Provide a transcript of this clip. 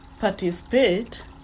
participate